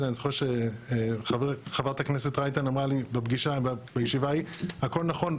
אני זוכר שחברת הכנסת רייטן אמרה לי שפגישה בישיבה ההיא הכול נכון.